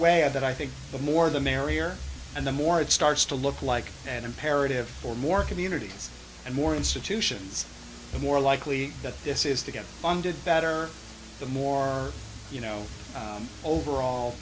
of that i think the more the merrier and the more it starts to look like an imperative for more communities and more institutions the more likely that this is to get funded better the more you know overall